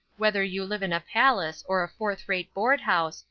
whether you live in a palace or a fourth-rate board-house,